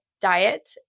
diet